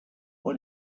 why